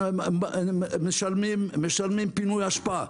משלמים פינוי אשפה,